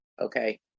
Okay